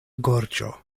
gorĝo